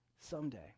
someday